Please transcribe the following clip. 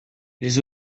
les